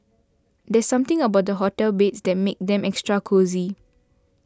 there's something about the hotel beds that makes them extra cosy